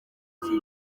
iki